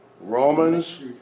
Romans